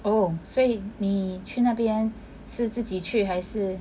oh 所以你去那边是自己去还是